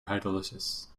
hydrolysis